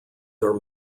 are